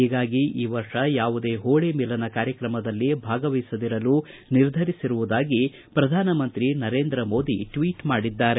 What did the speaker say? ಹೀಗಾಗಿ ಈ ವರ್ಷ ಯಾವುದೇ ಹೋಳಿ ಮಿಲನ ಕಾರ್ಯಕ್ರಮದಲ್ಲಿ ಭಾಗವಹಿಸದಿರಲು ನಿರ್ಧರಿಸಿರುವುದಾಗಿ ಪ್ರಧಾನಮಂತ್ರಿ ನರೇಂದ್ರ ಮೋದಿ ಟ್ವೀಟ್ ಮಾಡಿದ್ದಾರೆ